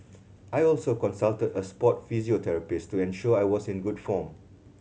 I also consulted a sport physiotherapist to ensure I was in good form